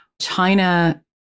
China